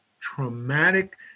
traumatic